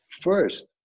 first